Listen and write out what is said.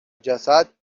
جسد